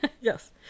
Yes